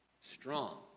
Strong